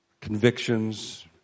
convictions